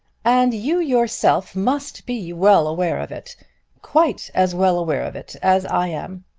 and you yourself must be well aware of it quite as well aware of it as i am.